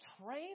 train